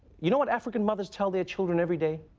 you know what african mothers tell their children every day?